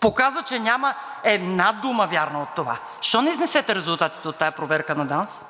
Показа, че няма една дума вярна от това. Защо не изнесете резултатите от тази проверка на ДАНС?